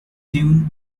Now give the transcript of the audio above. dune